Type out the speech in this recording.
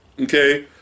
Okay